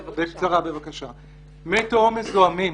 לגבי מי תהום מזוהמים.